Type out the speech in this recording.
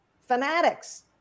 fanatics